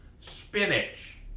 Spinach